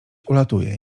ulatuje